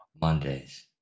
mondays